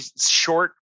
short